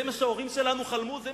זה מה שההורים שלנו חלמו עליו?